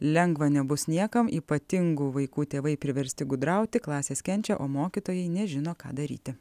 lengva nebus niekam ypatingų vaikų tėvai priversti gudrauti klasės kenčia o mokytojai nežino ką daryti